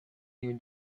new